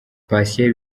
patient